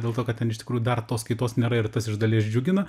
dėl to kad ten iš tikrųjų dar tos kaitos nėra ir tas iš dalies džiugina